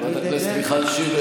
חברת הכנסת מיכל שיר סגמן,